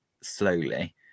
slowly